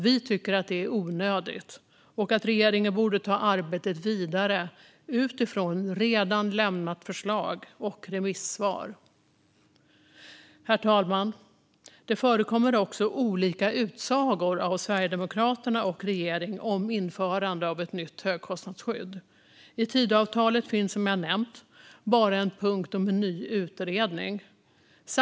Vi tycker att det är onödigt och att regeringen borde ta arbetet vidare utifrån det redan lämnade förslaget och remissvaren. Herr talman! Det förekommer också olika utsagor av Sverigedemokraterna och regeringen om införande av ett nytt högkostnadsskydd. I Tidöavtalet finns som jag nämnt bara en punkt om en ny utredning.